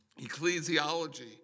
ecclesiology